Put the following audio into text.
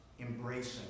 embracing